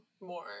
more